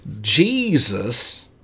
Jesus